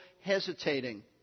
hesitating